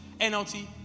NLT